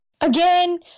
Again